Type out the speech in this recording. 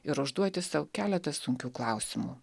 ir užduoti sau keleta sunkių klausimų